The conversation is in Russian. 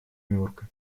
нюрка